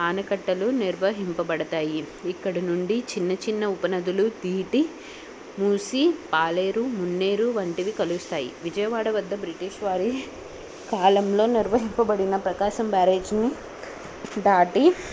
ఆనకట్టలు నిర్వహింపబడతాయి ఇక్కడ నుండి చిన్న చిన్న ఉపనదులు తీటి మూసి పాలేరు మున్నేరు వంటివి కలుస్తాయి విజయవాడవద్ద బ్రిటిష్ వారి కాలంలో నిర్వహింపబడిన ప్రకాశం బ్యారేజ్ని దాటి